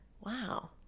Wow